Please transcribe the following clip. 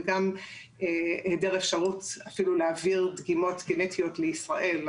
וגם היעדר אפשרות אפילו להעביר דגימות גנטיות לישראל,